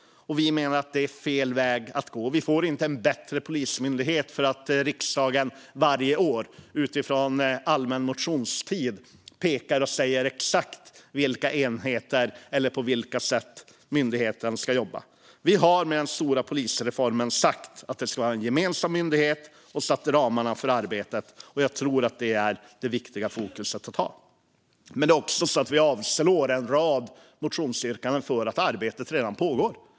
Vi menar att det är fel väg att gå. Vi får inte en bättre polismyndighet för att riksdagen varje år i motioner från allmänna motionstiden pekar och säger exakt på vilka sätt myndigheten och dess enheter ska jobba. Vi har i och med den stora polisreformen sagt att det ska vara en gemensam myndighet och satt ramarna för arbetet. Jag tror att det är det viktiga fokuset att ha. Men vi har också avstyrkt en rad motionsyrkanden för att arbetet redan pågår.